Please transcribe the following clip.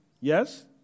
Yes